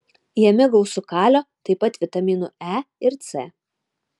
jame gausu kalio taip pat vitaminų e ir c